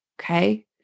Okay